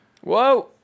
Whoa